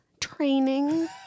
Training